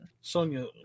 Sonia